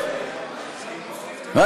אתם רוקדים על הדם.